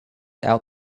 out